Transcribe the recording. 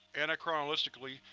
anachronistically,